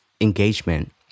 engagement